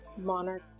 monarch